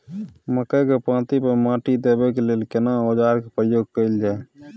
मकई के पाँति पर माटी देबै के लिए केना औजार के प्रयोग कैल जाय?